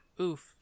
Oof